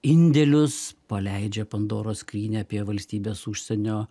indėlius paleidžia pandoros skrynią apie valstybės užsienio